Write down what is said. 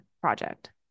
project